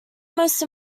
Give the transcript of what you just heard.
most